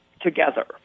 together